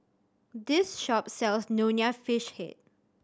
this shop sells Nonya Fish Head